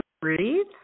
breathe